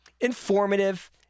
informative